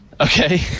Okay